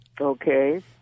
Okay